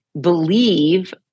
believe